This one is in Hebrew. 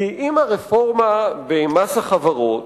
כי עם הרפורמה במס החברות,